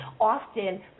often